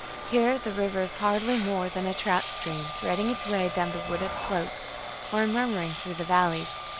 here the river is hardly more than a trout stream threading its way down the wooded slopes or murmuring through the valleys.